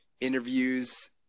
interviews